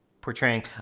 portraying